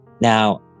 Now